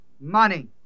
Money